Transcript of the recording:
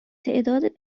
تعداد